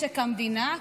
משק המדינה.